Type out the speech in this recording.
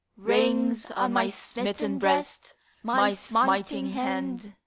rings on my smitten breast my smiting hand,